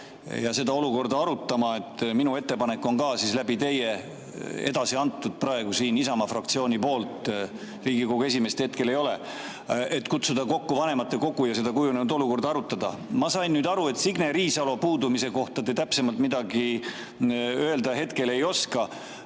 ja seda olukorda arutama. Minu ettepanek on ka teie kaudu edasi antud praegu siin Isamaa fraktsiooni poolt – Riigikogu esimeest hetkel ei ole –, et kutsuda kokku vanematekogu ja kujunenud olukorda arutada. Ma sain aru, et Signe Riisalo puudumise kohta te täpsemalt midagi hetkel ei oska